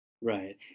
Right